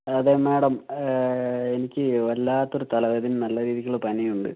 അതേ മാഡം എനിക്ക് വല്ലാത്ത ഒരു തലവേദനയും നല്ല രീതിക്കുള്ള പനിയും ഉണ്ട്